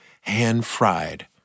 hand-fried